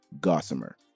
Gossamer